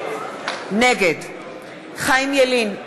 נגד חיים ילין,